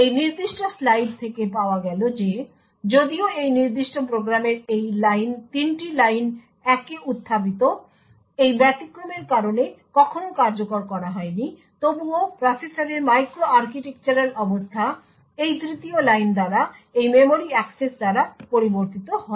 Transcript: এই নির্দিষ্ট স্লাইড থেকে পাওয়া গেল যে যদিও এই নির্দিষ্ট প্রোগ্রামের এই লাইন 3টি লাইন 1 এ উত্থাপিত এই ব্যতিক্রমের কারণে কখনও কার্যকর করা হয়নি তবুও প্রসেসরের মাইক্রো আর্কিটেকচারাল অবস্থা এই তৃতীয় লাইন দ্বারা এই মেমরি অ্যাক্সেস দ্বারা পরিবর্তিত হয়